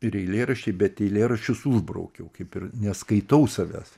ir eilėraščiai bet eilėraščius užbraukiau kaip ir neskaitau savęs